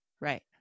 right